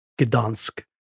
Gdansk